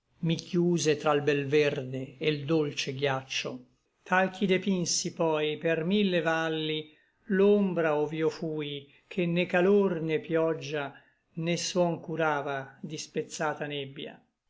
mi chiuse tra l bel verde e l dolce ghiaccio tal ch'i depinsi poi per mille valli l'ombra ov'io fui ché né calor né pioggia né suon curava di spezzata nebbia